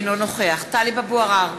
אינו נוכח טלב אבו עראר,